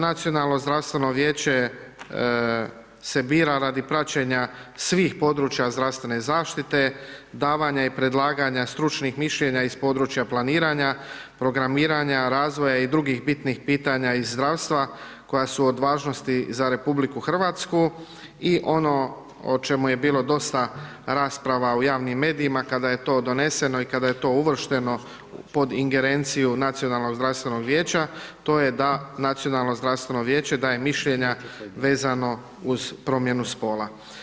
Nacionalno zdravstveno vijeće se bira radi praćenja svih područja zdravstvene zaštite, davanja i predlaganja stručnih mišljenja iz područja planiranja, programiranja, razvoja i drugih bitnih pitanja iz zdravstva koja su od važnosti za RH i ono o čemu je bilo dosta rasprava u javnim medijima kada je to doneseno i kada je to uvršteno pod ingerenciju Nacionalnog zdravstvenog vijeća, to je da Nacionalno zdravstveno vijeće daje mišljenja vezano uz promjenu spola.